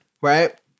Right